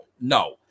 no